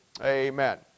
Amen